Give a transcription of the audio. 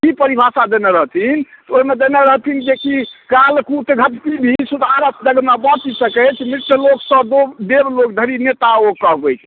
की परिभाषा देने रहथिन तऽ ओहिमे देने रहथिन जे कि काल कुट राजनीती सुधारस नहि जगमे बाँटी सकैछ मृत्यलोकसँ देवलोक धरि नेता ओ कहबैत अछि